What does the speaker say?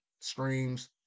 streams